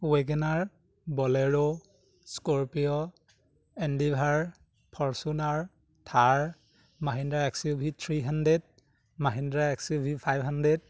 WagonR bolero scorpio endeavour Fortuner Thar Mahindra XUV three hundred Mahindra XUV five hundred